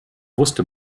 wusste